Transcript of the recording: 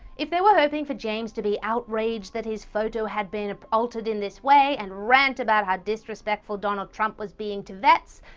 if they were hoping for james to be outraged that his photo had been altered in this way, and rant about how disrespectful donald trump was being to vets,